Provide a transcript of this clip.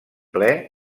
ple